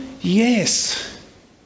Yes